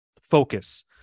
focus